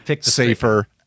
safer